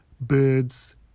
birds